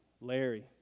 Larry